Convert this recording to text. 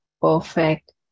perfect